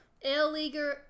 illegal